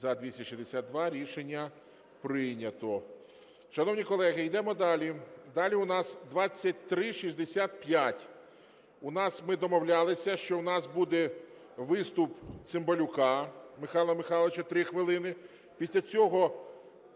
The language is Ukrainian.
За-262 Рішення прийнято.